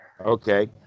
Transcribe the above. Okay